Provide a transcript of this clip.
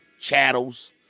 chattels